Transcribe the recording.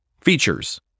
Features